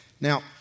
Now